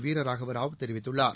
வீரராகவ ராவ் தெரிவித்துள்ளார்